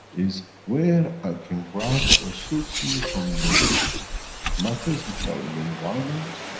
is where i can grab what suits me from the matters which are in the environment,